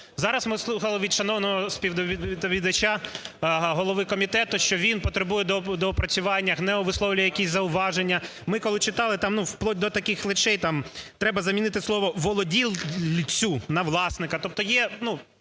Зараз ми слухали від шановного співдоповідача, голови комітету, що він потребує доопрацювання, ГНЕУ висловлює якісь зауваження, ми, коли читали там вплоть до таких речей, треба замінити слово "володільцю" на "власника".